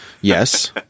yes